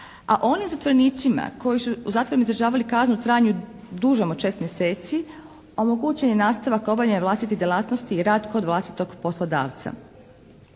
A onim zatvorenicima koji su u zatvoru izdržavali kaznu u trajanju dužem od 6 mjeseci omogućen je nastavak obavljanja vlastitih djelatnosti i rad kod vlastitog poslodavca.